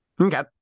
Okay